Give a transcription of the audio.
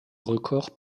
record